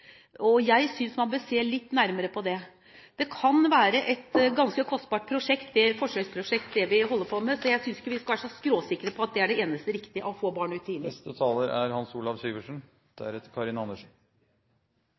og jeg synes man bør se litt nærmere på det. Det vi holder på med, kan være et ganske kostbart forsøksprosjekt, så jeg synes ikke vi skal være så skråsikre på at det å få barna ut tidlig er det eneste riktige. En liten kommentar til Arild Stokkan-Grandes innlegg, ikke minst knyttet til spørsmålet om hva en aktiv familiepolitikk egentlig er: